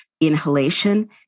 inhalation